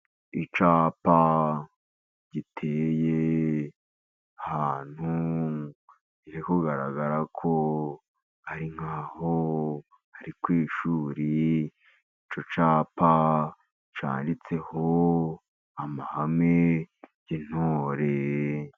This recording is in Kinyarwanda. Icyapa giteye ahantu kiri kugaragara ko ari nk'aho ari ku ishuri. Icyo capa cyanditseho amahame y'intore.